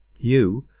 you,